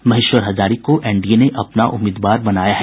महेश्वर हजारी को एनडीए ने अपना उम्मीदवार बनाया है